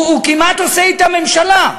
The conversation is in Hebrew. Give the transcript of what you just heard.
הוא כמעט עושה אתם ממשלה.